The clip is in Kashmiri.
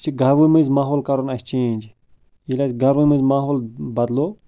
یہِ چھُ گامن مٔنٛزۍ ماحول کَرُن اَسہِ چینج ییٚلہِ اَسہِ گامن مَنٛز ماحول بدلو